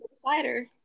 slider